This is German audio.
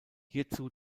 hierzu